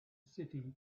city